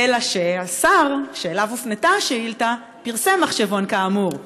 אלא שהשר שאליו הופנתה השאילתה פרסם מחשבון כאמור,